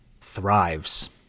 thrives